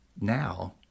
now